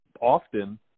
often